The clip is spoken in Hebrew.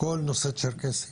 כל נושא הצ'רקסי